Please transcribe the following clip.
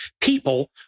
people